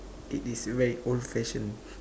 it is very old fashion